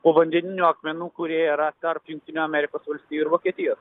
povandeninių akmenų kurie yra tarp jungtinių amerikos valstijų ir vokietijos